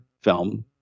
film